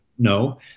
No